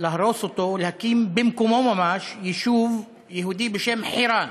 להרוס אותו ולהקים במקומו ממש יישוב יהודי בשם חירן.